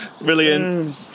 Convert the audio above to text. Brilliant